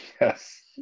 Yes